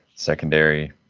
secondary